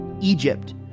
Egypt